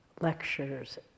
lectures